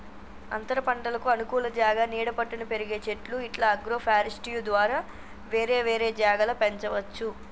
అంతరపంటలకు అనుకూల జాగా నీడ పట్టున పెరిగే చెట్లు ఇట్లా అగ్రోఫారెస్ట్య్ ద్వారా వేరే వేరే జాగల పెంచవచ్చు